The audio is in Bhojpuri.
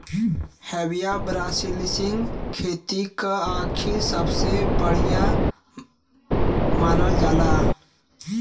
हेविया ब्रासिलिएन्सिस खेती क खातिर सबसे बढ़िया मानल जाला